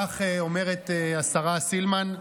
כך אומרת השרה סילמן.